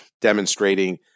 demonstrating